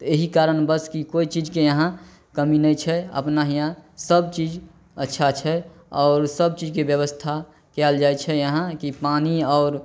तऽ एहि कारणवश कि कोइ चीजके यहाँ कमी नहि छै अपना हिआँ सबचीज अच्छा छै आओर सबचीजके बेबस्था कएल जाइ छै यहाँ कि पानी आओर